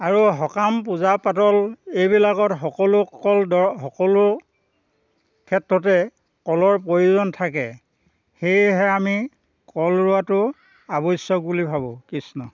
আৰু সকাম পূজা পাতল এইবিলাকত সকলো কল ধৰ সকলো ক্ষেত্ৰতে কলৰ প্ৰয়োজন থাকে সেয়েহে আমি কল ৰোৱাটো আৱশ্য়ক বুলি ভাবোঁ কৃষ্ণ